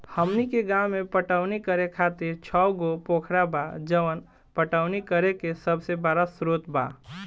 हमनी के गाँव में पटवनी करे खातिर छव गो पोखरा बा जवन पटवनी करे के सबसे बड़ा स्रोत बा